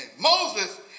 Moses